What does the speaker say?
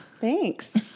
Thanks